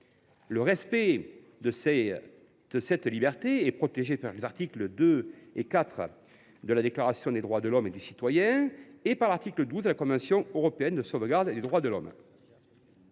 Le respect de cette liberté est protégé par les articles 2 et 4 de la Déclaration des droits de l’homme et du citoyen de 1789, ainsi que par l’article 12 de la convention de sauvegarde des droits de l’homme